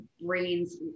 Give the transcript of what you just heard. brains